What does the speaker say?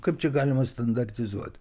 kaip čia galima standartizuot